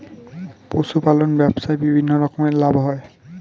পশুপালন ব্যবসায় বিভিন্ন রকমের লাভ হয়